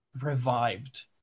revived